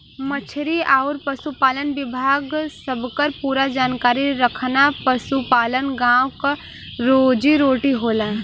मछरी आउर पसुपालन विभाग सबकर पूरा जानकारी रखना पसुपालन गाँव क रोजी रोटी होला